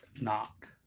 Knock